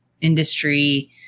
industry